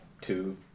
two